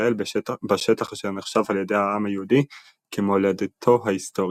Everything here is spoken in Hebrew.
ישראל בשטח אשר נחשב על ידי העם היהודי כמולדתו ההיסטורית.